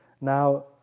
Now